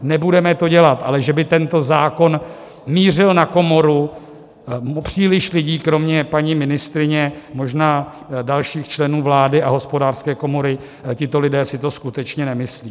Nebudeme to dělat, ale že by tento zákon mířil na komoru, příliš lidí, kromě paní ministryně, možná dalších členů vlády a Hospodářské komory, tito lidé si to skutečně nemyslí.